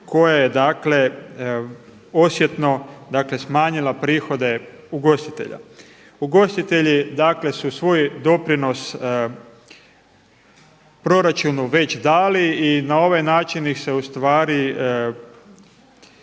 dakle osjetno, dakle smanjila prihode ugostitelja. Ugostitelji dakle su svoj doprinos proračunu već dali i na ovaj način ih se u stvari